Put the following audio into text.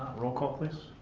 role call please.